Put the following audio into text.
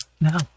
No